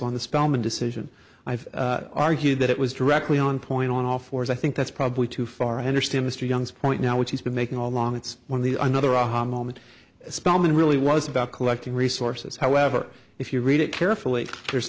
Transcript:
on the spelman decision i've argued that it was directly on point on all fours i think that's probably too far i understand mr young's point now which he's been making all along it's one of the another aha moment spelman really was about collecting resources however if you read it carefully there's